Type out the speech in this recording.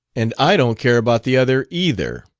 and i don't care about the other, either.